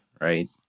right